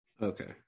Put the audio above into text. Okay